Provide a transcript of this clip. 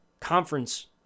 conference